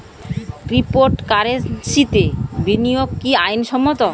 ক্রিপ্টোকারেন্সিতে বিনিয়োগ কি আইন সম্মত?